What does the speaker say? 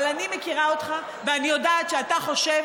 אבל אני מכירה אותך ואני יודעת שאתה חושב